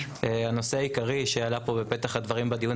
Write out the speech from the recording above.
הנושא העיקרי שעלה פה בפתח הדברים בדיון